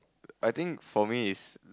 I think for me is